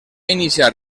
iniciar